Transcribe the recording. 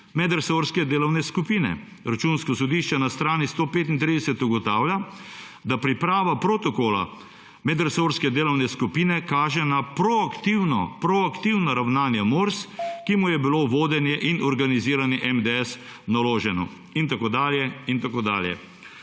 medresorske delovne skupine. Računsko sodišče na strani 135 ugotavlja, da priprava protokola medresorske delovne skupine kaže na proaktivna ravnanja Mors, ki mu je bilo vodenje in organiziranje MDS naloženo in tako dalje